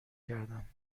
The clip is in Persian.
کردم